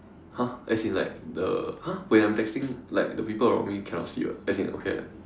!huh! as in like the !huh! when I'm texting like the people around me cannot see [what] as in okay right